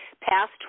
Past